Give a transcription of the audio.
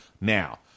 Now